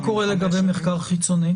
מה קורה לגבי מחקר חיצוני?